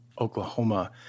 Oklahoma